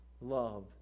love